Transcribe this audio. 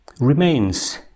remains